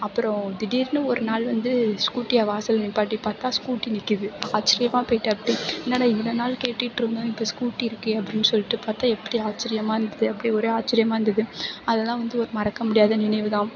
அப்பறம் திடீர்னு ஒரு நாள் வந்து ஸ்கூட்டியை வாசலில் நிப்பாட்டி பார்த்தா ஸ்கூட்டி நிக்குது ஆச்சரியமாக போய்ட்டு அப்படியே என்னடா இவ்வளோ நாள் கேட்டுட்ருந்தோம் இப்போ ஸ்கூட்டி இருக்கே அப்படின்னு சொல்லிவிட்டு பார்த்தா எப்படி ஆச்சரியமாக இருந்தது அப்படியே ஒரே ஆச்சரியமாக இருந்தது அதெல்லாம் வந்து ஒரு மறக்க முடியாத நினைவு தான்